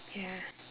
ya